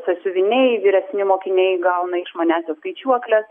sąsiuviniai vyresni mokiniai gauna išmanęsias skaičiuokles